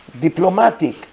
diplomatic